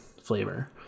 flavor